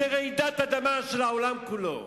שזו רעידת אדמה של העולם כולו?